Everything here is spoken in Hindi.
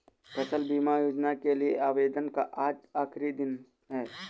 फसल बीमा योजना के लिए आवेदन का आज आखरी दिन है